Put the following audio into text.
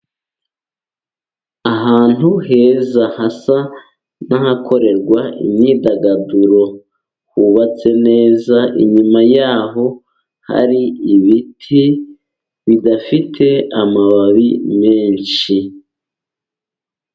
Ahantu heza hasa n'ahakorerwa imyidagaduro hubatse neza, inyuma y'aho hari ibiti bidafite amababi menshi.